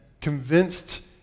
convinced